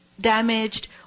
damaged